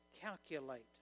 calculate